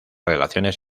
relaciones